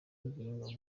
ngingo